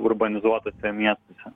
urbanizuotuose miestuose